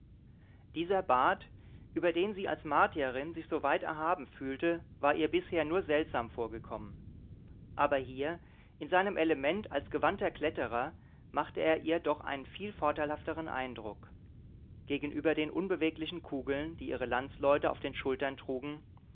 dieser bat über den sie als martierin sich so weit erhaben fühlte war ihr bisher nur seltsam vorgekommen aber hier in seinem element als gewandter kletterer machte er ihr doch einen viel vorteilhafteren eindruck gegenüber den unbeweglichen kugeln die ihre landsleute auf den schultern trugen